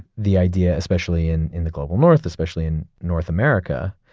the idea, especially in in the global north, especially in north america,